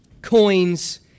Coins